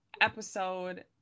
episode